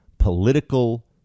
political